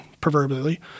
proverbially